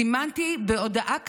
זימנתי, בהודעה קטנה,